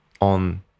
on